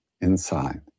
inside